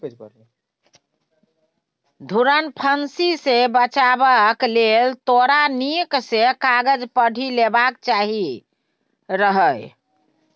धुरफंदी सँ बचबाक लेल तोरा नीक सँ कागज पढ़ि लेबाक चाही रहय